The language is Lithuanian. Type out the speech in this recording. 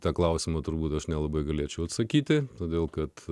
tą klausimą turbūt aš nelabai galėčiau atsakyti todėl kad